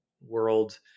world